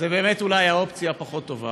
זה באמת אולי אופציה פחות טובה.